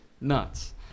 nuts